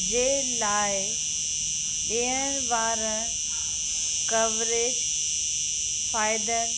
जे लाइ ॾियण वारण कवरेज फ़ाइदनि